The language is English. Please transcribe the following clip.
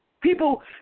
people